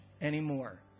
anymore